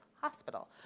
hospital